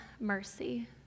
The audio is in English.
mercy